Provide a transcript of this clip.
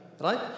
right